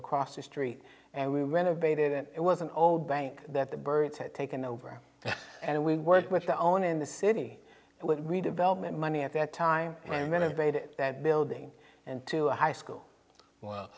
across the street and we renovated and it was an old bank that the birds had taken over and we worked with their own in the city but redevelopment money at that time and then invaded that building and to a high school w